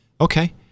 Okay